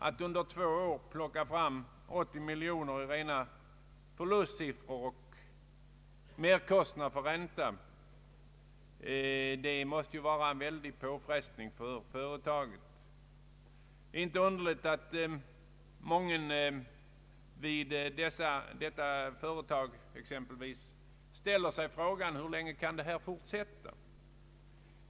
Att under två år plocka fram 80 miljoner till merkostnader för ränta måste innebära en väldig påfrestning för företaget. Det är inte underligt att mången vid exempelvis detta företag ställer frågan: Hur länge kan detta fortsätta?